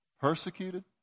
persecuted